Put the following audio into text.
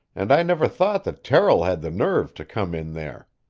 and i never thought that terrill had the nerve to come in there.